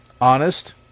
honest